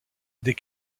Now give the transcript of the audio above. des